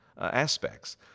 aspects